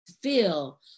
feel